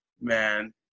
man